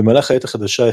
במהלך העת החדשה,